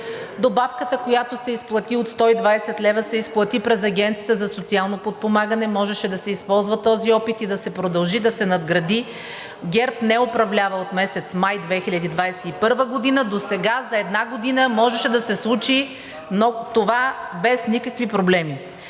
добавката, която се изплати – от 120 лв., се изплати през Агенцията за социално подпомагане. Можеше да се използва този опит, да се продължи и да се надгради. ГЕРБ не управлява от месец май 2021 г. Досега за една година можеше да се случи това без никакви проблеми.